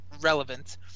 relevant